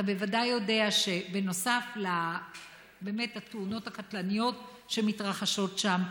אתה בוודאי יודע שבנוסף לתאונות הקטלניות שמתרחשות שם,